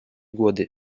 годы